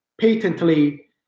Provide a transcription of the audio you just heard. patently